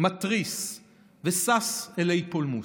מתריס ושש אלי פולמוס.